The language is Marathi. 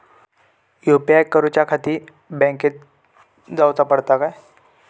यू.पी.आय करूच्याखाती बँकेत जाऊचा पडता काय?